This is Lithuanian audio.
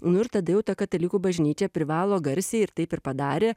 nu ir tada jau ta katalikų bažnyčia privalo garsiai ir taip ir padarė